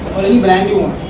but any brand you want.